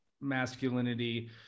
masculinity